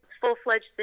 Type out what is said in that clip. full-fledged